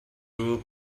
rule